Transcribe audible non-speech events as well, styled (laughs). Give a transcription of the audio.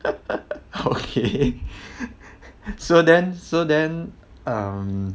(laughs) okay (breath) (laughs) so then so then um